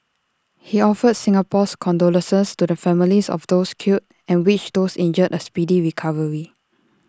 he offered Singapore's condolences to the families of those killed and wished those injured A speedy recovery